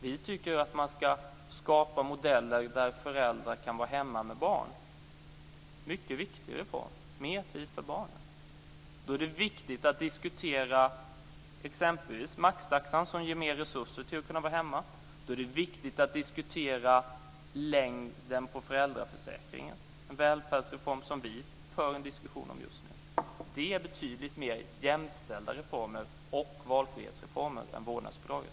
Vi tycker att man ska skapa modeller där föräldrarna kan vara hemma med barnen. Det är en viktig reform: Mer tid för barnen! Då är det viktigt att diskutera t.ex. maxtaxan, som ska ge mer resurser till att vara hemma. Då är det viktigt att diskutera längden på föräldraförsäkringen. Det är en välfärdsreform som vi för en diskussion om just nu. Det är en betydligt mer jämställd reform, och en valfrihetsreform, än vårdnadsbidraget.